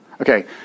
Okay